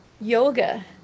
yoga